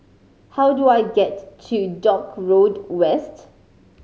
how do I get to Dock Road West